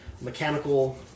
mechanical